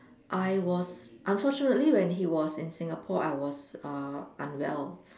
I was unfortunately when he was in Singapore I was err unwell